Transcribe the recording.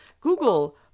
Google